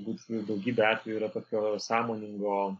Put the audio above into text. būtinai daugybė atvejų yra tokio sąmoningo